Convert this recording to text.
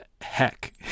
heck